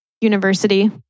university